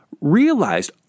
realized